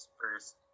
first